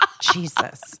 Jesus